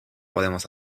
podemos